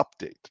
update